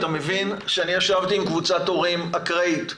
אתה מבין שאני ישבתי עם קבוצת הורים אקראית,